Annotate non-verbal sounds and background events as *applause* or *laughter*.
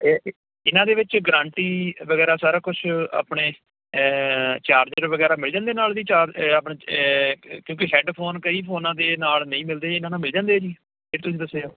ਇਹ ਇਹਨਾਂ ਦੇ ਵਿੱਚ ਗਰੰਟੀ ਵਗੈਰਾ ਸਾਰਾ ਕੁਛ ਆਪਣੇ ਚਾਰਜਰ ਵਗੈਰਾ ਮਿਲ ਜਾਂਦੇ ਨਾਲ ਜੀ ਚਾਰ ਆਪਣੇ ਕਿਉਂਕਿ ਹੈਡਫੋਨ ਕਈ ਫੋਨਾਂ ਦੇ ਨਾਲ ਨਹੀਂ ਮਿਲਦੇ ਇਹਨਾਂ ਨਾਲ ਮਿਲ ਜਾਂਦੇ ਜੀ *unintelligible* ਤੁਸੀਂ ਦੱਸਿਆ